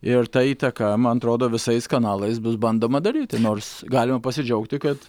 ir ta įtaka man atrodo visais kanalais bus bandoma daryti nors galima pasidžiaugti kad